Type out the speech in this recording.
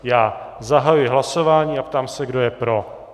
Já zahajuji hlasování a ptám se, kdo je pro.